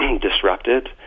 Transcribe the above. disrupted